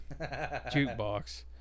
jukebox